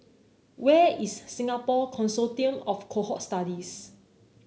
where is Singapore Consortium of Cohort Studies